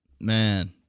man